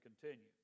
continue